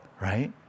right